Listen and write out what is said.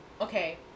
Okay